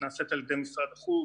היא נעשית על ידי משרד החוץ.